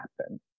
happen